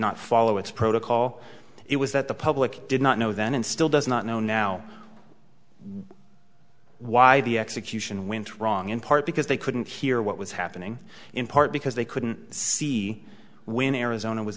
not follow its protocol it was that the public did not know then and still does not know now why the execution when to wrong in part because they couldn't hear what was happening in part because they couldn't see when arizona was